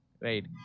Right